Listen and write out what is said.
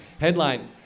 headline